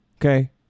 okay